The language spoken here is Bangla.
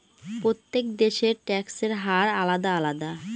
প্রত্যেক দেশের ট্যাক্সের হার আলাদা আলাদা